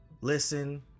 listen